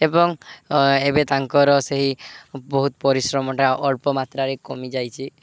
ଏବଂ ଏବେ ତାଙ୍କର ସେହି ବହୁତ ପରିଶ୍ରମଟା ଅଳ୍ପ ମାତ୍ରାରେ କମିଯାଇଛି